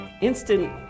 instant